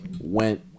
went